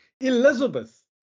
Elizabeth